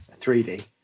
3D